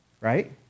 Right